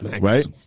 Right